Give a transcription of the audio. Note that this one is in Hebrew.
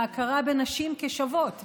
להכרה בנשים כשוות.